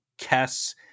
Kess